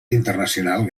internacional